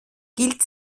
gilt